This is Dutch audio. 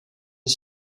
een